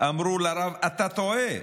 אמרו לרב: אתה טועה.